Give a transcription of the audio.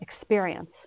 experience